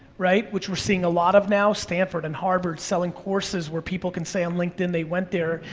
right, which we're seeing a lot of now, stanford and harvard selling courses where people can say on linkedin they went there,